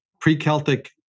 pre-Celtic